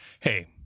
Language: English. Hey